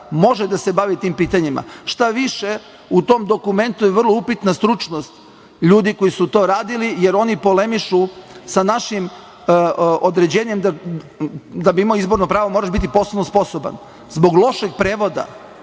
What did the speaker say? može da se bavi tim pitanjima, šta više u tom dokumentu je vrlo upitna stručnost ljudi koji su to radili, jer oni polemišu sa našim određenjem da bi imao izborno pravo moraš biti posebno sposoban. Zbog lošeg prevoda